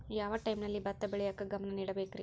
ಯಾವ್ ಟೈಮಲ್ಲಿ ಭತ್ತ ಬೆಳಿಯಾಕ ಗಮನ ನೇಡಬೇಕ್ರೇ?